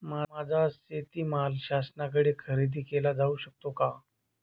माझा शेतीमाल शासनाकडे खरेदी केला जाऊ शकतो का?